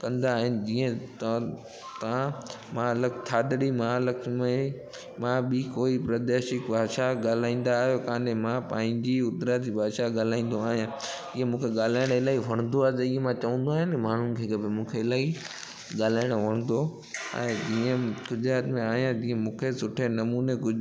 कंदा आहिनि जीअं तव्हां तव्हां महा लग थधिड़ी महालक्ष्मी मां ॿीं कोई प्रादेशिक भाषा ॻाल्हाईंदा आहियो त अन मां पंहिंजी उतरादी भाषा ॻाल्हाईंदो आहियां इयं मूंखे ॻाल्हाइण इलाही वणंदो आहे त इअं मां चवंदो आहियां न माण्हुनि खे की भई मूंखे इलाही ॻाल्हाइण वणंदो आहे जीअं गुजरात में आहियां जीअं मूंखे सुठे नमूने गुज